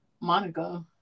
Monica